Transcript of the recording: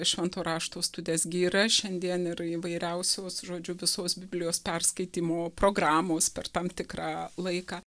švento rašto studijas gi yra šiandien ir įvairiausios žodžiu visos biblijos perskaitymo programos per tam tikrą laiką